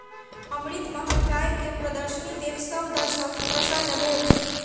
अमृतमहल गाय के प्रदर्शनी देख सभ दर्शक प्रसन्न भेल